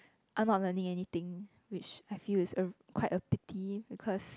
I'm not learning anything which I feel it's a quite a pity because